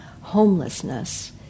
homelessness